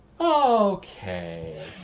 Okay